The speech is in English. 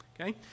Okay